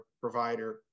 provider